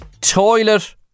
toilet